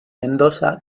mendoza